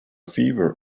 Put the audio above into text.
fever